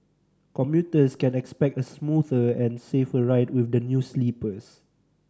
commuters can expect a smoother and safer ride with the new sleepers